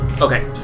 Okay